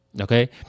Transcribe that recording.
Okay